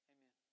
Amen